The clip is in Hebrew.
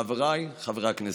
חבריי חברי הכנסת,